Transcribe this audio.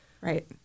right